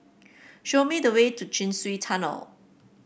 show me the way to Chin Swee Tunnel